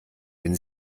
wenn